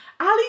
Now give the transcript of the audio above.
Ali